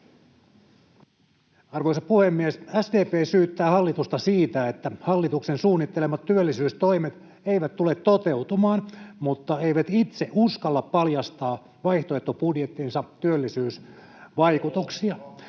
Arvoisa puhemies! SDP syyttää hallitusta siitä, että hallituksen suunnittelemat työllisyystoimet eivät tule toteutumaan, mutta eivät itse uskalla paljastaa vaihtoehtobudjettinsa työllisyysvaikutuksia.